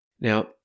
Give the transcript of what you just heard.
Now